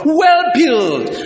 well-built